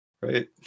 Right